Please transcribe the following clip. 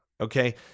Okay